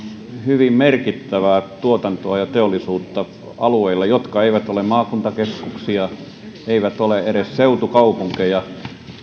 hyvin merkittävää tuotantoa ja teollisuutta alueilla jotka eivät ole maakuntakeskuksia eivät ole edes seutukaupunkeja vaan